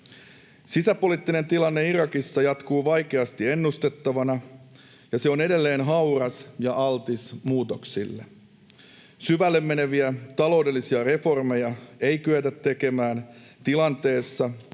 Sisäpoliittinen tilanne Irakissa jatkuu vaikeasti ennustettavana, ja se on edelleen hauras ja altis muutoksille. Syvälle meneviä taloudellisia reformeja ei kyetä tekemään tilanteessa,